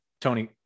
Tony